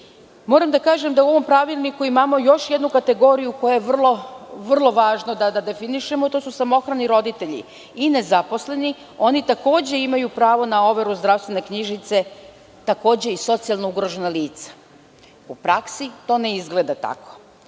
da kažem da u ovom pravilniku imamo još jednu kategoriju koju je vrlo važno da definišemo. To su samohrani roditelji i nezaposleni. Oni takođe imaju pravo na overu zdravstvene knjižice, takođe i socijalno ugrožena lica. U praksi to ne izgleda tako. Moram